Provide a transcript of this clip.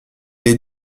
est